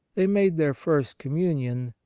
they made their first communion,